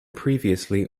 previously